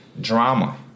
drama